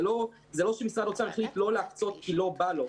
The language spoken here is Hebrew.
זה לא שמשרד האוצר החליט לא להקצות כי לא בא לו.